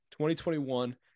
2021